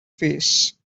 face